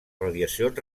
radiacions